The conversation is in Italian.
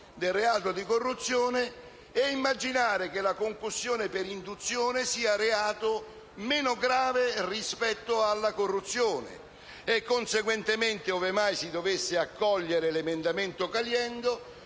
di quello di corruzione - e immaginare che la concussione per induzione sia un reato meno grave rispetto alla corruzione e, conseguentemente, ove mai si dovesse accogliere l'emendamento Caliendo,